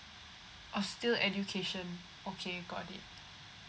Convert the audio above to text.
oh still education okay got it